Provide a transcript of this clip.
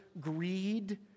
greed